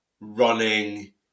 running